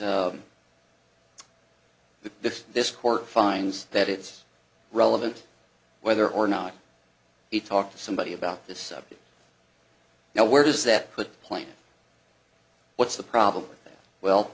the that this court finds that it's relevant whether or not he talked to somebody about this subject now where does that put plain what's the problem well